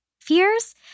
fears